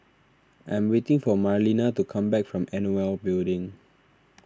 I am waiting for Marlena to come back from Nol Building